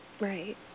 Right